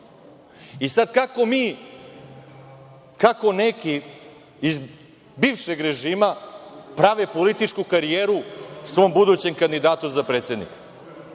kako mi, kako neki iz bivšeg režima prave političku karijeru svom budućem kandidatu za predsednika?